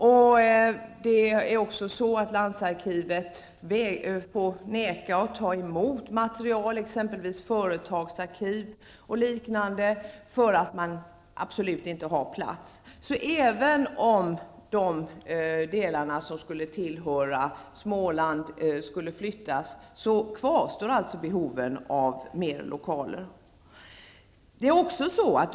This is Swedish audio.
Landsarkivet får också neka att ta emot material, exempelvis företagsarkiv och liknande, för att man absolut inte har plats. Även om de delar som tillhör Småland skulle flyttas, kvarstår behovet av fler lokaler.